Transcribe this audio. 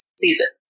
season